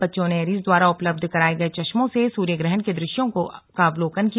बच्चों ने एरीज द्वारा उपलब्ध कराये गये चश्मों से सुर्यग्रहण के दृश्यों का अवलोकन किया